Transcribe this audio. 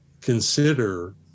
consider